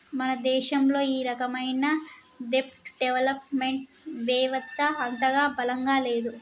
మన దేశంలో ఈ రకమైన దెబ్ట్ డెవలప్ మెంట్ వెవత్త అంతగా బలంగా లేదు